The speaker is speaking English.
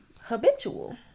habitual